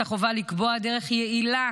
את החובה לקבוע דרך יעילה